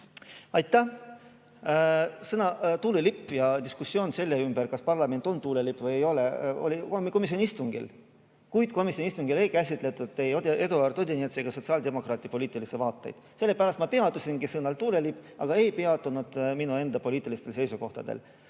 Aitäh! Sõna "tuulelipp", diskussioon selle ümber, kas parlament on tuulelipp või ei ole, oli komisjoni istungil. Kuid komisjoni istungil ei käsitletud ei Eduard Odinetsi ega üldse sotsiaaldemokraatide poliitilisi vaateid. Sellepärast ma peatusingi sõnal "tuulelipp", aga ei peatunud minu enda poliitilistel seisukohtadel.